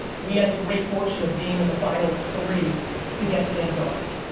we had the great fortune of being in the final three to get sam darnold.